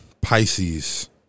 Pisces